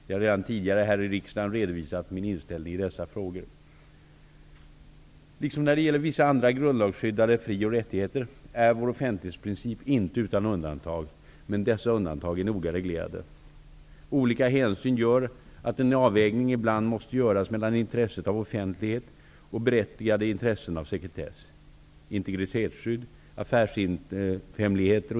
Jag har redan tidigare här i riksdagen redovisat min inställning i dessa frågor. Liksom när det gäller vissa andra grundlagsskyddade fri och rättigheter är vår offentlighetsprincip inte utan undantag, men dessa undantag är noga reglerade. Olika hänsyn gör att en avvägning ibland måste göras mellan intresset av offentlighet och berättigade intressen av sekretess.